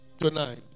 Tonight